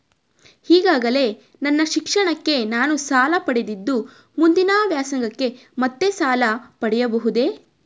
ಈಗಾಗಲೇ ನನ್ನ ಶಿಕ್ಷಣಕ್ಕೆ ನಾನು ಸಾಲ ಪಡೆದಿದ್ದು ಮುಂದಿನ ವ್ಯಾಸಂಗಕ್ಕೆ ಮತ್ತೆ ಸಾಲ ಪಡೆಯಬಹುದೇ?